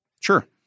Sure